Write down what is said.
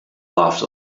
laughed